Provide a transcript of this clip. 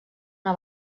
una